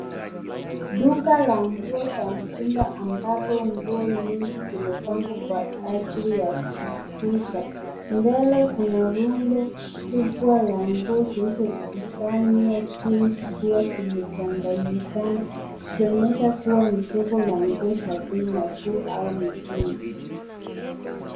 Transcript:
Duka la nguo za mtumba ambapo nguo mingi zinapangwa kwa ajilii ya kuuza. Mbele kuna rundo kubwa la nguo zilizokusanywa chini zikiwa zimechanganyikana zikionyesha kuwa ni soko la nguo za bei nafuu au mtumba.